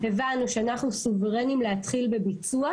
הבנו שאנחנו סוברנים להתחיל בביצוע,